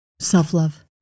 self-love